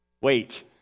Wait